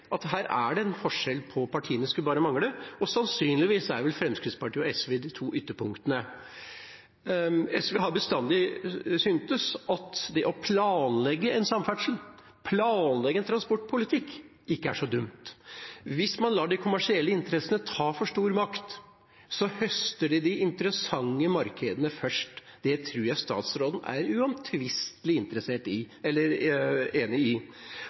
at det her er en forskjell på partiene – det skulle bare mangle. Sannsynligvis er Fremskrittspartiet og SV de to ytterpunktene. SV har bestandig syntes at det å planlegge samferdsel og transportpolitikk ikke er så dumt. Hvis man lar de kommersielle interessene ta for stor makt, høster de de interessante markedene først. Det tror jeg statsråden er uomtvistelig enig i.